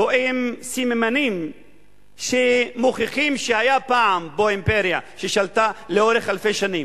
רואים סממנים שמוכיחים שהיתה פה פעם אימפריה ששלטה לאורך אלפי שנים.